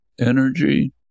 energy